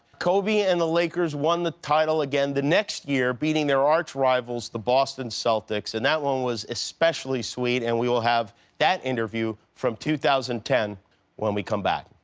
kobe and the lakers won the title again the next year, beating their arch-rivals the boston celtics. and that one was especially sweet. and we will have that interview from two thousand and ten when we come back.